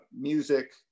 music